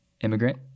Immigrant